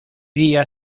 día